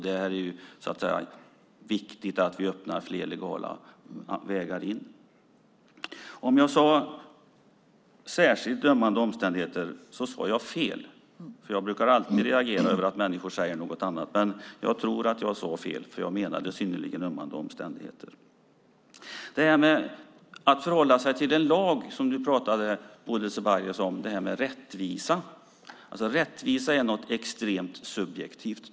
Det är därför viktigt att vi öppnar fler legala vägar. Om jag sade "särskilt ömmande omständigheter" sade jag fel; jag brukar alltid reagera när människor säger någonting annat. Jag menade alltså "synnerligen ömmande omständigheter". Bodil Ceballos tog även upp frågan om rättvisa och att förhålla sig till lagen. Låt mig säga att rättvisa är någonting extremt subjektivt.